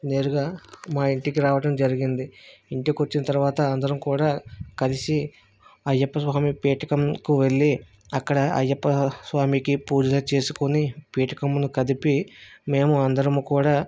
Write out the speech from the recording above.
నేరుగా మా ఇంటికి రావడం జరిగింది ఇంటికి వచ్చిన తర్వాత అందరం కూడా కలిసి అయ్యప్ప స్వామి పీఠకముకు వెళ్ళి అక్కడ అయ్యప్పస్వామికి పూజ చేసుకొని పిఠకమును కదిపి మేము అందరం కూడా